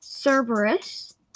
Cerberus